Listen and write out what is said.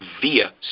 via